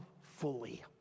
fully